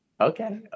Okay